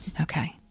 Okay